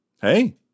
Hey